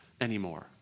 anymore